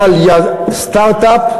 אבל סטרט-אפ,